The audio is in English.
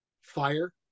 fire